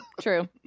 True